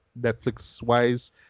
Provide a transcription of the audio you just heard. Netflix-wise